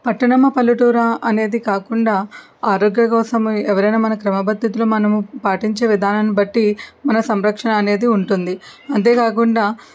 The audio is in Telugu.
పట్టణమా పల్లెటూరా అనేది కాకుండా ఆరోగ్య కోసం ఎవరైనా మన క్రమ పద్ధతిలో మనం పాటించే విధానాన్ని బట్టి మన సంరక్షణ అనేది ఉంటుంది అంతేకాకుండా